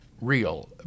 real